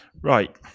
right